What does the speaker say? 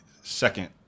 second